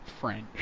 French